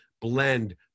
blend